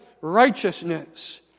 Righteousness